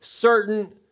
certain